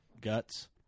guts